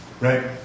Right